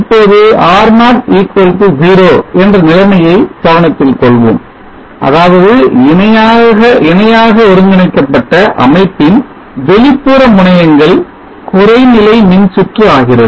இப்போது R0 0 என்ற நிலைமையை கவனத்தில் கொள்வோம் அதாவது இணையான ஒருங்கிணைக்கப்பட்ட அமைப்பின் வெளிப்புற முனையங்கள் குறை நிலை மின்சுற்று ஆகிறது